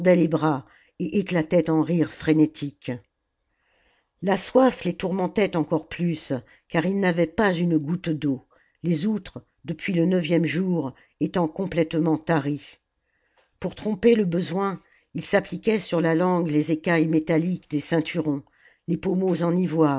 les bras et éclataient en rires frénétiques la soif les tourmentait encore plus car ils n'avaient pas une goutte d'eau les outres depuis le neuvième jour étant complètement taries pour tromper le besoin ils s'appliquaient sur la langue les écailles métalliques des ceinturons les pommeaux